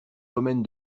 domaine